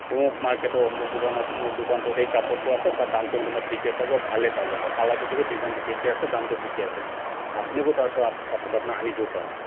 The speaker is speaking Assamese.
অমুক মাৰ্কেটৰ অমুক দোকানত অমুক দোকানটোত এই কাপোৰটো আছে তাৰ দামটো মই ঠিকে পালোঁ আৰু ভালেই পালোঁ বা কালাৰটো ঠিকে ডিজাইনটো ঠিকে আছে দামটো ঠিকে আছে আপুনিও তাৰপৰা কাপোৰটো আপোনাৰ আনিব পাৰে